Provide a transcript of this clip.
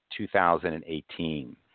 2018